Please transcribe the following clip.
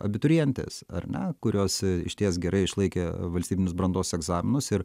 abiturientės ar ne kurios išties gerai išlaikė valstybinius brandos egzaminus ir